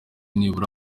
nibura